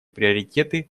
приоритеты